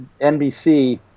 NBC